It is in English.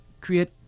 create